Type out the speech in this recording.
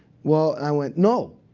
well i went, no,